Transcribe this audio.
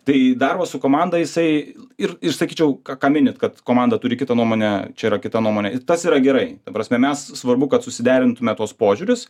tai darbas su komanda jisai ir ir sakyčiau ką ką minit kad komanda turi kitą nuomonę čia yra kita nuomonė ir tas yra gerai ta prasme mes svarbu kad susiderintume tuos požiūrius